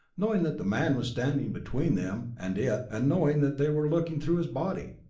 knowing that the man was standing between them and it and knowing that they were looking through his body.